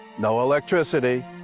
no electricity,